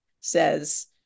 says